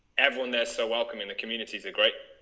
everyone there. so welcoming. the communities are great